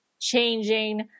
changing